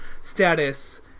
status